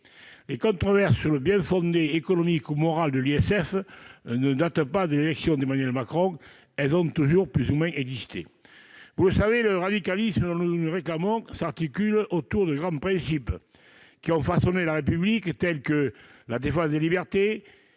Les controverses sur le bien-fondé économique ou moral de l'ISF ne datent pas de l'élection d'Emmanuel Macron ; elles ont toujours plus ou moins existé. Vous le savez, le radicalisme dont nous nous réclamons s'articule autour de grands principes qui ont façonné la République, tels que la défense des libertés,